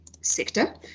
sector